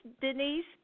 Denise